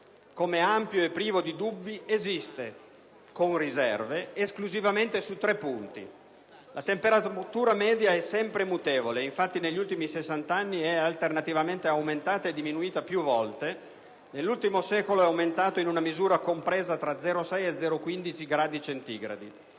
come ampio e privo di dubbi, esiste, con riserve, esclusivamente su tre punti. In primo luogo, la temperatura media è sempre mutevole; infatti, negli ultimi 60 anni è alternativamente aumentata e diminuita più volte e, nell'ultimo secolo, è aumentata in una misura compresa tra 0,6 e 0,15 gradi centigradi.